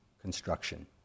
construction